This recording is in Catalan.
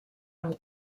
amb